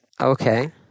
Okay